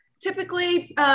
typically